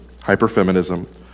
hyperfeminism